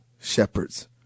shepherds